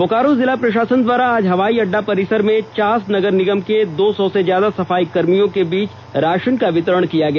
बोकारो जिला प्रषासन द्वारा आज हवाई अड़डा परिसर में चास नगर निगम के दो सौ से ज्यादा सफाई कर्मियों के बीच राषन का वितरण किया गया